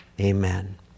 Amen